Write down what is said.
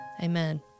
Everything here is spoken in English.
amen